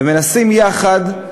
ומנסים יחד,